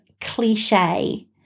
cliche